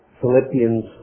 Philippians